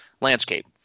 landscape